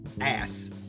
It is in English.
ass